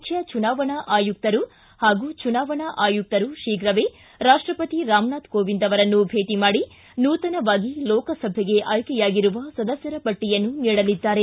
ಮುಖ್ಯಚುನಾವಣಾ ಆಯುಕ್ತರು ಹಾಗೂ ಚುನಾವಣಾ ಆಯುಕ್ತರು ಶೀಘವೇ ರಾಷ್ಟಪತಿ ರಾಮನಾಥ್ ಕೋವಿಂದ್ ಅವರನ್ನು ಭೇಟಿ ಮಾಡಿ ನೂತನವಾಗಿ ಲೋಕಸಭೆಗೆ ಆಯ್ಕೆಯಾಗಿರುವ ಸದಸ್ದರ ಪಟ್ಟಿಯನ್ನು ನೀಡಲಿದ್ದಾರೆ